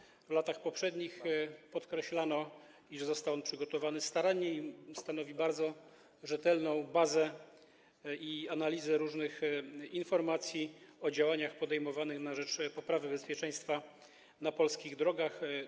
Podobnie jak w latach poprzednich podkreślano, iż został on przygotowany starannie i stanowi bardzo rzetelną bazę, jeżeli chodzi o analizę różnych informacji o działaniach podejmowanych na rzecz poprawy bezpieczeństwa na polskich drogach.